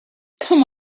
come